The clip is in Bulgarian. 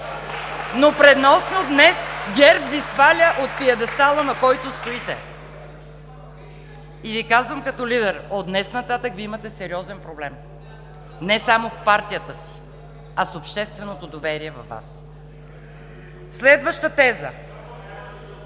но преносно днес ГЕРБ Ви сваля от пиедестала, на който стоите! И Ви казвам като лидер: от днес нататък Вие имате сериозен проблем не само в партията си, а с общественото доверие във Вас! (Реплики от